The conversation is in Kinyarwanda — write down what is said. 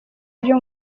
ryo